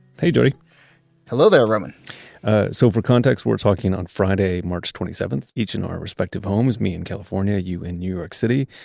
hey, jody hello there, roman ah so for context, we're talking on friday, march twenty seventh, each in our respective homes, me in california, you in new york city.